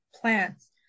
plants